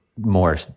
more